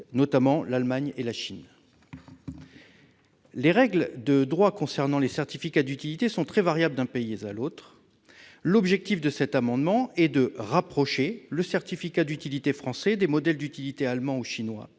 modèle d'utilité ». Les règles de droit concernant le certificat d'utilité sont très variables d'un pays à l'autre. L'objectif de cet amendement est de rapprocher le certificat d'utilité français des modèles d'utilité allemand et chinois,